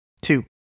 Two